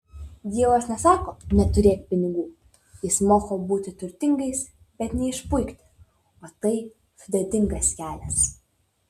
dievas nesako neturėk pinigų jis moko būti turtingais bet neišpuikti o tai sudėtingas kelias